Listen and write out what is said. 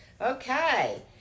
Okay